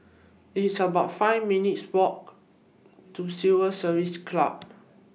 It's about five minutes' Walk to Civil Service Club